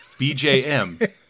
BJM